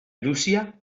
llúcia